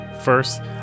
First